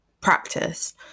practice